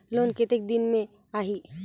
Loan कतेक दिन मे आही?